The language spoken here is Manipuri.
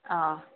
ꯑꯥꯎ